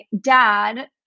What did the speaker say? dad